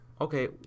Okay